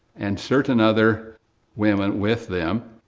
and certain other women with them,